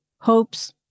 hopes